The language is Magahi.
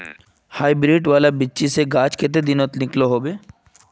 हाईब्रीड वाला बिच्ची से गाछ कते दिनोत निकलो होबे?